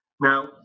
Now